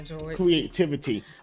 creativity